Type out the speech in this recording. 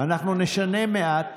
אנחנו נשנה מעט